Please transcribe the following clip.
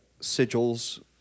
sigils